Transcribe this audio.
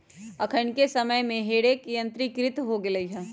अखनि के समय में हे रेक यंत्रीकृत हो गेल हइ